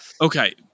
Okay